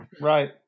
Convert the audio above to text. right